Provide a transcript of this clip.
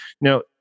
Now